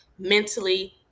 mentally